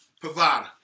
provider